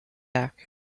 back